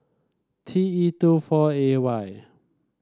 T E two four A Y